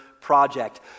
project